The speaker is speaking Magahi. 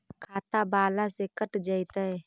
खाता बाला से कट जयतैय?